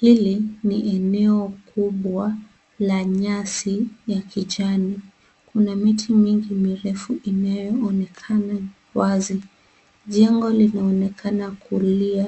Hili ni eneo kubwa la nyasi ya kijani. Kuna miti mingi mirefu inayoonekana wazi. Jengo linaonekana kulia,